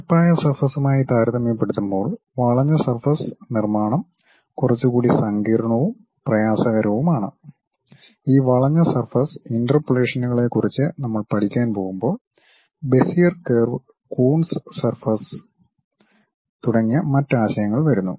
നിരപ്പായ സർഫസൂമായി താരതമ്യപ്പെടുത്തുമ്പോൾ വളഞ്ഞ സർഫസ് നിർമ്മാണം കുറച്ചുകൂടി സങ്കീർണ്ണവും പ്രയാസകരവുമാണ് ഈ വളഞ്ഞ സർഫസ് ഇന്റർപോളേഷനുകളെക്കുറിച്ച് നമ്മൾ പഠിക്കാൻ പോകുമ്പോൾ ബെസിയർ കർവുകൾ കൂൺസ് സർഫസ് തുടങ്ങിയ മറ്റ് ആശയങ്ങൾ വരുന്നു